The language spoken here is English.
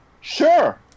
Sure